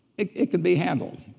it it could be handled.